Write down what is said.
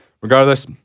regardless